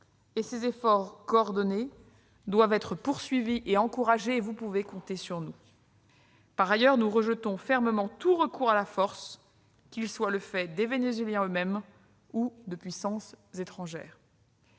Ces efforts coordonnés doivent être poursuivis et encouragés, et vous pouvez compter sur nous pour ce faire. Par ailleurs, nous rejetons fermement tout recours à la force, qu'il soit le fait des Vénézuéliens eux-mêmes ou de puissances étrangères.